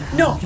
no